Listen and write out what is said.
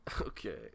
Okay